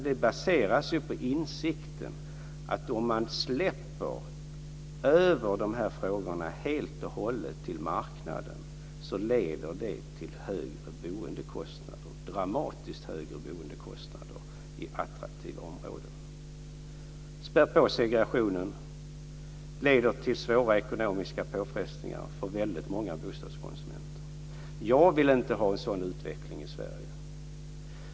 Det baseras på insikten att om man släpper över de här frågorna helt och hållet till marknaden så leder det till dramatiskt högre boendekostnader i attraktiva områden. Det späder på segregationen och leder till svåra ekonomiska påfrestningar för väldigt många bostadskonsumenter. Jag vill inte ha en sådan utveckling i Sverige.